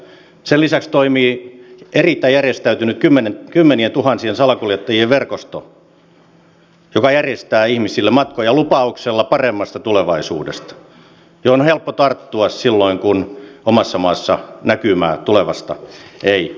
sen lisäksi toimii erittäin järjestäytynyt kymmenientuhansien salakuljettajien verkosto joka järjestää ihmisille matkoja lupauksella paremmasta tulevaisuudesta johon on helppo tarttua silloin kun omassa maassa näkymää tulevasta ei ole